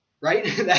right